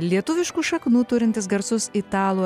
lietuviškų šaknų turintis garsus italų